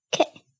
Okay